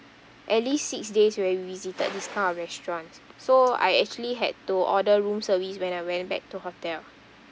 at least six days where we visited this kind of restaurants so I actually had to order room service when I went back to hotel